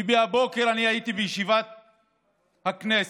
כי הבוקר הייתי בישיבת הכנסת,